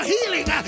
healing